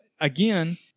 again